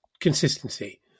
Consistency